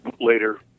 later